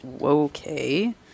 okay